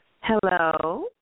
hello